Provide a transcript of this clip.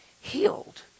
healed